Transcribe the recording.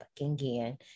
again